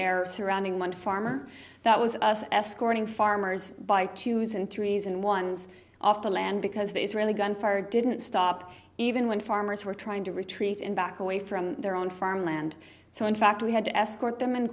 air surrounding one farmer that was us escorting farmers by twos and threes and ones off the land because they really gun fire didn't stop even when farmers were trying to retreat and back away from their own farmland so in fact we had to escort them in